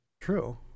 true